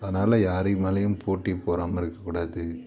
அதனால யாரை மேலேயும் போட்டி பொறாமல் இருக்கக் கூடாது